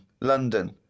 London